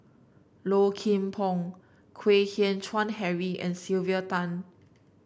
Low Kim Pong Kwek Hian Chuan Henry and Sylvia Tan